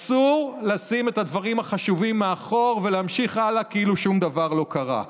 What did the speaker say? אסור לשים את הדברים החשובים מאחור ולהמשיך הלאה כאילו שום דבר לא קרה.